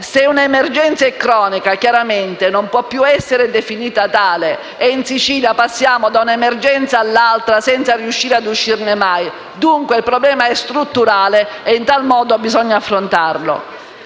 Se un'emergenza è cronica, chiaramente, non può più essere definita tale e in Sicilia passiamo da un'emergenza all'altra senza riuscire mai ad uscirne. Dunque il problema è strutturale e come tale va affrontato.